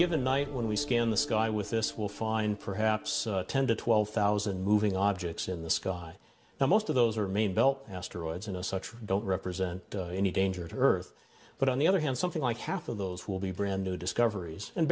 given night when we scan the sky with this will find perhaps ten to twelve thousand moving objects in the sky most of those are main belt asteroids and such i don't represent any danger to earth but on the other hand something like half of those will be brand new discoveries and